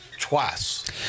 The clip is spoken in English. Twice